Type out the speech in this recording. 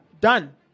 Done